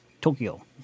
Tokyo